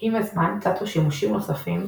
עם הזמן צצו שימושים נוספים,